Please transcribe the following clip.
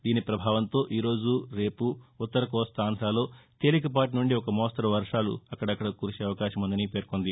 దీని పభావంతో ఈ రోజు రేపు ఉత్తర కోస్తా ఆంధ్రాలో తేలికపాటి నుండి ఒక మోస్తరు వర్వాలు అక్కడక్కడ కురిసే అవకాశం ఉందని పేర్కొంది